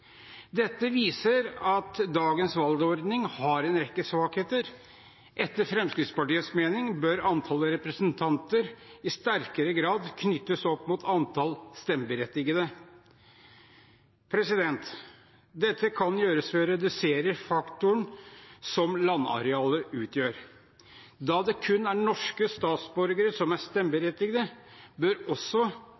Dette viser at dagens valgordning har en rekke svakheter. Etter Fremskrittspartiets mening bør antall representanter i sterkere grad knyttes opp mot antall stemmeberettigede. Dette kan gjøres ved å redusere faktoren som landarealet utgjør. Da det kun er norske statsborgere som er